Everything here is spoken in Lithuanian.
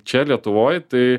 čia lietuvoj tai